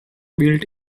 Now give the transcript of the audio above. built